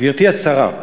גברתי השרה,